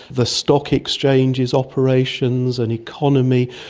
the stock exchange's operations and economy,